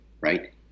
right